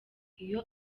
iyo